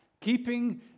keeping